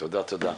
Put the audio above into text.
תודה תודה.